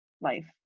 life